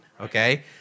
okay